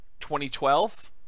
2012